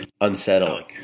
unsettling